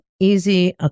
easy